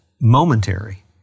momentary